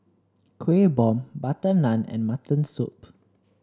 Kuih Bom butter naan and Mutton Soup